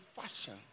fashion